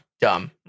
dumb